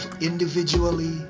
individually